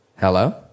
Hello